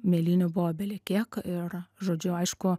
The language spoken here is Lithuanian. mėlynių buvo belekiek ir žodžiu aišku